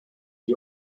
die